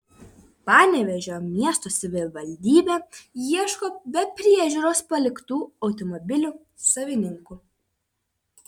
panevėžio miesto savivaldybė ieško be priežiūros paliktų automobilių savininkų